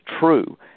true